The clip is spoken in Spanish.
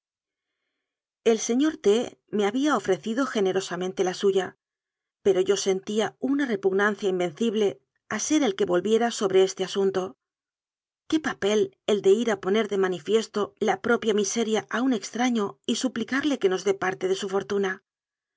el señor t me había ofrecido generosamente la suya pero yo sentía una repugnancia invenci ble a ser el que volviera sobre este asunto qué papel el de ir a poner de manifiesto la propia mi seria a un extraño y suplicarle que nos dé parte de su fortuna